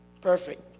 Perfect